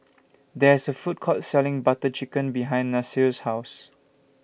There IS A Food Court Selling Butter Chicken behind Nasir's House